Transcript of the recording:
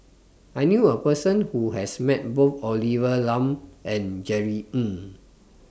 I knew A Person Who has Met Both Olivia Lum and Jerry Ng